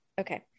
Okay